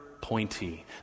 pointy